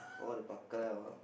all they bao ka liao ah